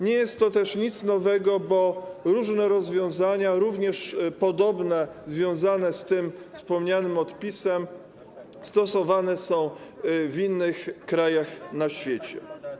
Nie jest to też nic nowego, bo różne rozwiązania, również podobne, związane ze wspomnianym odpisem stosowane są w innych krajach na świecie.